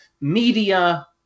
media